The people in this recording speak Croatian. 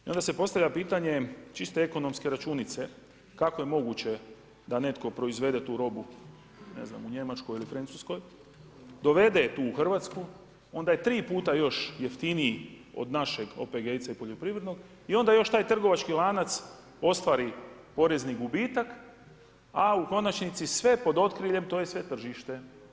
I onda se postavlja pitanje, čisto ekonomske računice, kako je moguće, da netko proizvode tu robu ne znam u Njemačkoj ili Francuskoj, dovede tu u Hrvatsku, onda je 3 puta još jeftiniji od našeg OPG ili poljoprivrednog i onda još taj trgovački lanac ostvari porezni gubitak a u konačnici sve pod okriljem, to je je sve tržište.